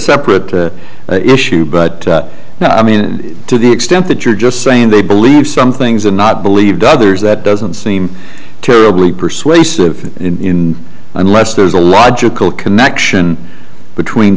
separate separate issue but now i mean to the extent that you're just saying they believe some things are not believed others that doesn't seem terribly persuasive in unless there's a logical connection between